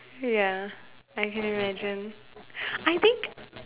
ya I can imagine I think